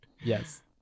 Yes